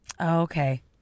okay